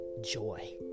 joy